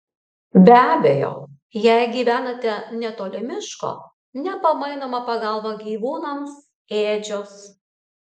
be abejo jei gyvenate netoli miško nepamainoma pagalba gyvūnams ėdžios